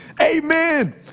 Amen